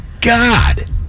God